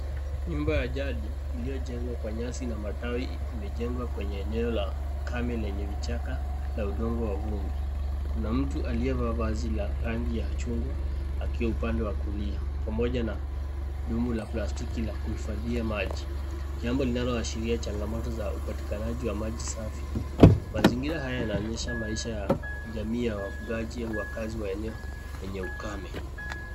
Nyumba ya jadi iliyojengwa kwa nyasi na matawi imejengwa kwenye eneo la kambi lenye vichaka na udongo wa vumbi. Kuna mtu aliyevaa vazi la rangi ya chungwa akiwa upande wa kulia pamoja na dumu la plastic ya kuifadhia maji. Jambo linaloashiria janga moto za upatikanaji wa maji safi, mazingira haya huonyesha jamii ya wafugaji wa wakaazi wa eneo lenye ukame.